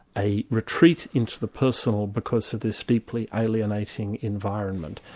a retreat into the personal because of this deeply alienating environment.